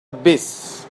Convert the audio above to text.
abyss